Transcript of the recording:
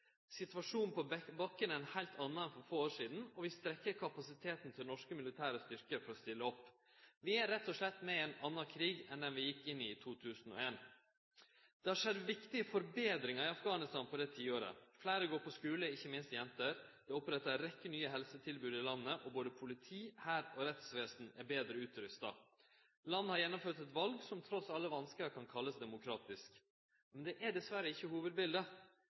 Situasjonen på bakken er ein heilt annan enn for få år sidan, og vi strekkjer kapasiteten til norske militære styrkar for å stille opp. Vi er rett og slett med i ein annan krig enn den vi gjekk inn i i 2001. Det har skjedd viktige forbetringar i Afghanistan på det tiåret. Fleire, ikkje minst jenter, går på skule. Det er oppretta ei rekkje nye helsetilbod i landet, og både politi, hær og rettsvesen er betre utrusta. Landet har gjennomført eit val som trass i alle vanskar må kallast demokratisk. Men det er dessverre ikkje